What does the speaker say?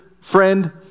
friend